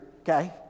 Okay